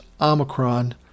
Omicron